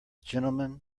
gentleman